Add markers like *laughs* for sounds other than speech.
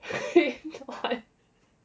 *laughs* what